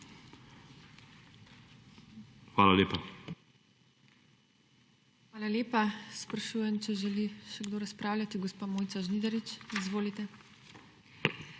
HEFERLE: Hvala lepa. Sprašujem, če želi še kdo razpravljati? (Da.) Gospa Mojca Žnidarič. Izvolite.